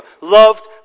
loved